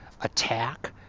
attack